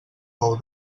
pou